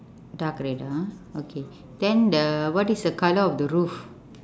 dark red ah okay then the what is the colour of the roof